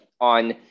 on